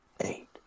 Eight